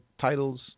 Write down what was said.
titles